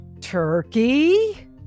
turkey